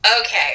Okay